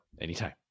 Anytime